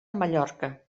mallorca